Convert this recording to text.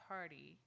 Party